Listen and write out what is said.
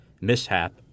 mishap